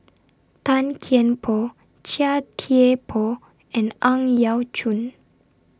Tan Kian Por Chia Thye Poh and Ang Yau Choon